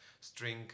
string